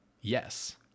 yes